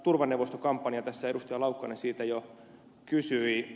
laukkanen siitä jo kysyi